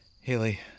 Haley